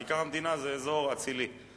כיכר המדינה זה אזור אצילי.